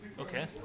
Okay